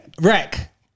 wreck